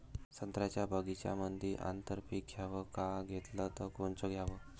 संत्र्याच्या बगीच्यामंदी आंतर पीक घ्याव का घेतलं च कोनचं घ्याव?